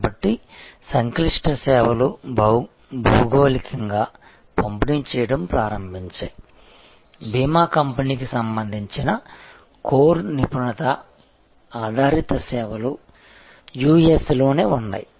కాబట్టి సంక్లిష్ట సేవలు భౌగోళికంగా పంపిణీ చేయడం ప్రారంభించాయి బీమా కంపెనీకి సంబంధించిన కోర్ నిపుణత ఆధారిత సేవలు యుఎస్లోనే ఉన్నాయి